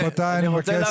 רבותיי, אני מבקש שקט.